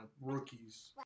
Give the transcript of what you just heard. rookies